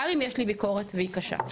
גם אם יש לי ביקורת והיא קשה.